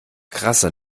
krasse